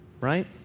right